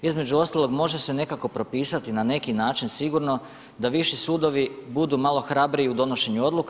Između ostalog može se nekako propisati na neki način sigurno, da viši sudovi budu malo hrabriji u donošenja odluka.